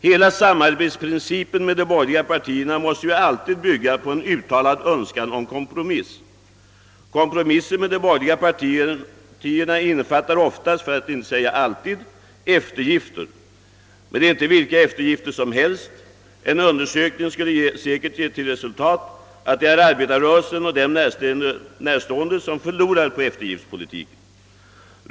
Hela principen om samarbete med de borgerliga partierna måste ju ständigt grundas på en uttalad önskan om kompromiss. Kompromisser med de borgerliga partierna innefattar oftast — för att inte säga alltid — eftergifter. Och det är inte vilka eftergifter som helst. En undersökning skulle säkerligen visa att det är arbetarrörelsen och denna närstående grupper som förlorar på eftergiftspolitiken.